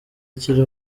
akiri